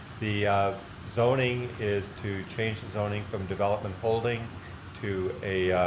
the zoning is to change the zoning from development holding to a,